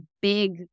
big